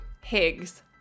Higgs